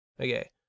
Okay